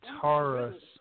Taurus